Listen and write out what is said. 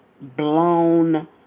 blown